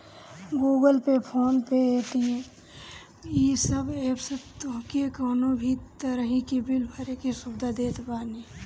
Google Pay, PhonePe, Paytm इ सब app तोहके कवनो भी तरही के बिल भरे के सुविधा देत बाने